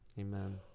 Amen